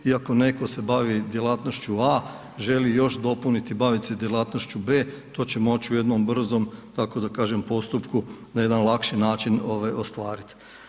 I ako neko se bavi djelatnošću A želi još dopuniti i bavit se djelatnošću B to će moći u jednom brzom, tako da kažem, postupku na jedan način lakši način ovaj ostvarit.